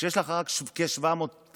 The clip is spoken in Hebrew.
כשיש לך רק כ-700 תקנים,